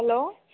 hello